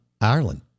Ireland